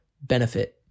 benefit